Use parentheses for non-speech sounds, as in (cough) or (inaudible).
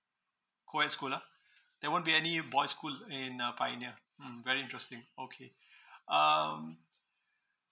co aid school ah there won't be any boys school in a pioneer mm very interesting okay (breath) um